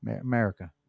America